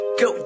go